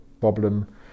problem